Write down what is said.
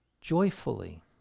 joyfully